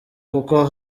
kuko